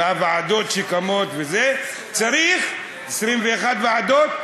והוועדות שקמות וכו', צריך 21 ועדות?